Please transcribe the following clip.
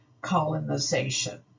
colonization